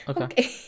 Okay